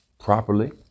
properly